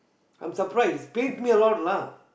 I'm surprised pains me a lot lah